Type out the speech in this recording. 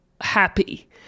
happy